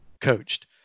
coached